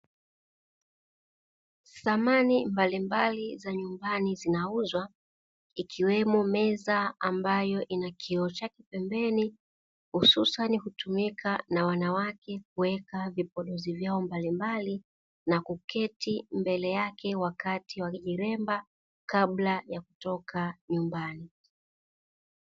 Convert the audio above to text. Samani mbalimbali za nyumbani zinauzwa ikiwemo meza ambayo ina kioo chake pembeni hususani kutumika na wanawake kuweka vipodozi vyao mbalimbali na kuketi mbele yake wakati wakijiremba kabla ya kutoka nyumbani